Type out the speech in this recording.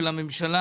של הממשלה,